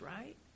right